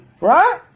Right